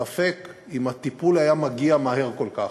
ספק אם הטיפול היה מגיע מהר כל כך.